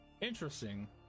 interesting